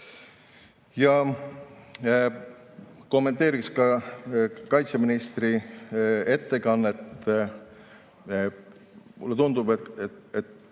Kommenteerin ka kaitseministri ettekannet. Mulle tundub, et